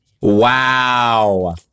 Wow